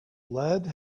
lead